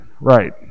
right